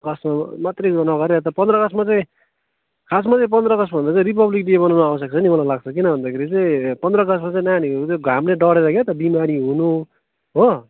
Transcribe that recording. कसमा मात्रै नगरेर यता पन्ध्र अगस्त म चाहिँ खासमा चाहिँ पन्ध्र अगस्तभन्दा चाहिँ रिपब्लिक डे मनाउनु आवश्यक छ नि मलाई लाग्छ किन भन्दाखेरि चाहिँ पन्ध्र अगस्तमा चाहिँ नानीहरू त्यो घामले डढेर क्या त बिमारी हुनु हो